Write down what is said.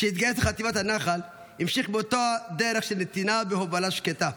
כשהתגייס לחטיבת הנח"ל המשיך באותה דרך של נתינה והובלה שקטה.